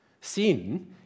Sin